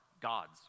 gods